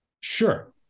Sure